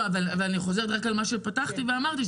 אני חוזרת על מה שפתחתי ואמרתי,